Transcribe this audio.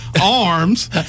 arms